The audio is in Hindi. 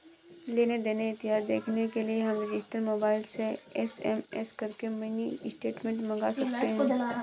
लेन देन इतिहास देखने के लिए हम रजिस्टर मोबाइल से एस.एम.एस करके मिनी स्टेटमेंट मंगा सकते है